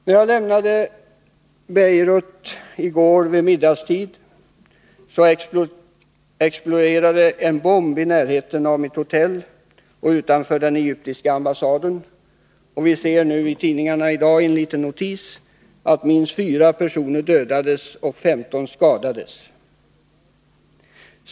När jag lämnade Beirut i går vid middagstid exploderade en bomb i närheten av mitt hotell och utanför den egyptiska ambassaden. Vi ser i dag i tidningarna en liten notis om att minst fyra personer dödades och 15 skadades.